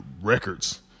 records